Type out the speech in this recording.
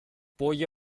boje